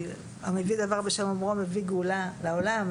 "המביא דבר בשם אומרו מביא גאולה לעולם".